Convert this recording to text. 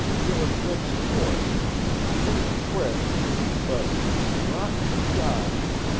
you're a good sport pretty quick but rotten shot!